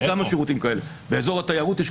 יש כמה שירותים כאלה באזור התיירות.